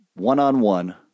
one-on-one